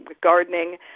gardening